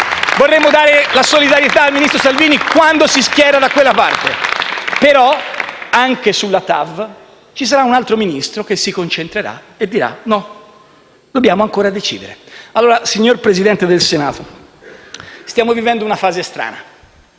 Vorremmo dare la solidarietà al ministro Salvini quando si schiera da quella parte, ma anche sulla TAV ci sarà un altro Ministro che si concentrerà e dirà no, dobbiamo ancora decidere. Allora, signor Presidente del Senato, stiamo vivendo una fase strana,